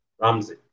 Ramsey